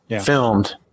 filmed